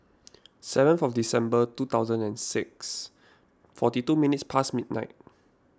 seven for December two thousand and six forty two minutes post midnight